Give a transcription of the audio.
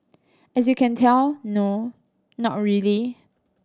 as you can tell no not really